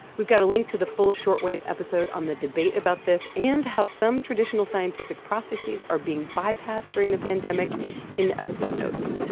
we've got a link to the full short wave episode on the debate about this and how some traditional scientific processes are being bypassed during the pandemic in the episode notes.